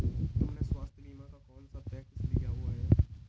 तुमने स्वास्थ्य बीमा का कौन सा पैकेज लिया हुआ है?